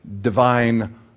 divine